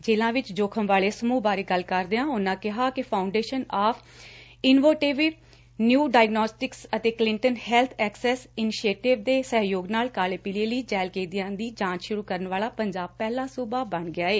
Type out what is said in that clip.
ਜੇਲ੍ਹਾਂ ਵਿਚ ਜੋਖਮ ਵਾਲੇ ਸਮੁਹਾਂ ਬਾਰੇ ਗੋਲ ਕਰਦਿਆਂ ਉਨ੍ਹਾਂ ਕਿਹਾ ਕਿ foundation of innovative new diagnostics ਅਤੇ ਕਲਿੰਗਟਨ ਹੈਲਬ ਐਕਸੈਸ ਇਨੀਸ਼ੀਏਟਿਵ ਦੇ ਸਹਿਯੋਗ ਨਾਲ ਕਾਲੇ ਪੀਲੀਏ ਲਈ ਜੇਲ੍ਲ ਕੈਦੀਆਂ ਦੀ ਜਾਂਚ ਸੁਰੁ ਕਰਨ ਵਾਲਾ ਪੰਜਾਬ ਪਹਿਲਾਂ ਸੁਬਾ ਬਣ ਗਿਆ ਏ